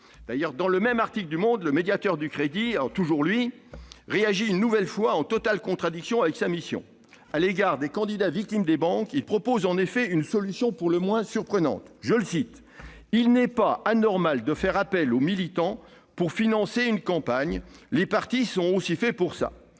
bancaire. Dans le même article, le médiateur du crédit réagit, une nouvelle fois, en totale contradiction avec sa mission. En effet, à l'égard des candidats victimes des banques, il propose une solution pour le moins surprenante :« Il n'est pas anormal de faire appel aux militants pour financer une campagne, les partis sont aussi faits pour ça. »